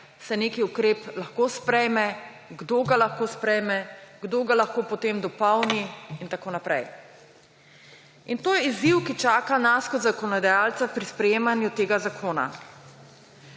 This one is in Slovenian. se nek ukrep lahko sprejme, kdo ga lahko sprejme, kdo ga lahko potem dopolni in tako naprej. To je izziv, ki čaka nas kot zakonodajalca pri sprejemanju tega zakona.